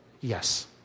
Yes